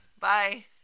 Bye